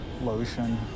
lotion